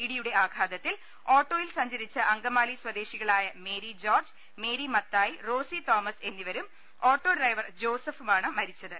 ഇടിയുടെ ആഘാത ത്തിൽ ഓട്ടോയിൽ സഞ്ചരിച്ച അങ്കമാലി സ്വദേശികളായ Mary George Mary Mathai Rosy Thomas എന്നിവരും ഓട്ടോ ഡ്രൈവർ ജോസഫുമാണ് മരിച്ചത്